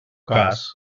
cas